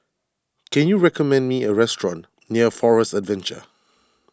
can you recommend me a restaurant near Forest Adventure